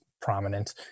prominent